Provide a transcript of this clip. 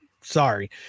sorry